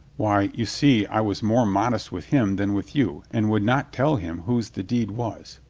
why, you see i was more modest with him than with you and would not tell him whose the deed was.